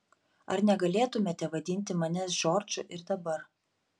ar negalėtumėte vadinti manęs džordžu ir dabar